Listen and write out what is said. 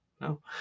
No